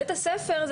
בית הספר,